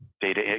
data